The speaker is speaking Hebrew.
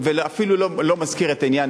אפילו לא מזכיר את עניין